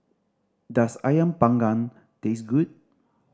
does Ayam Panggang taste good